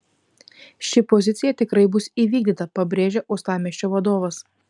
ši pozicija tikrai bus įvykdyta pabrėžė uostamiesčio vadovas